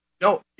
no